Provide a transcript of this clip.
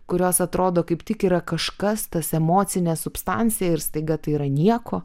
kurios atrodo kaip tik yra kažkas tas emocinė substancija ir staiga tai yra nieko